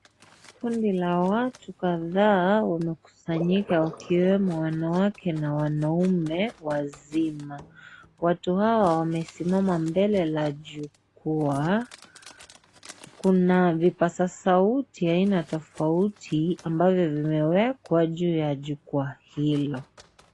Kundi la watu kadhaa wamekusanyika wakiwemo wanawake na wanaume wazima. Watu hawa wamesimama mbele la jukwaa kuna vipaza sauti aina tofauti ambavyo vimewekwa juu ya jukwaa hilo.